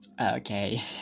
Okay